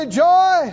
joy